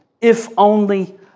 if-only